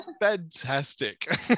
Fantastic